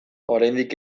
oraindik